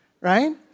Right